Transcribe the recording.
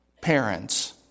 parents